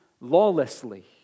lawlessly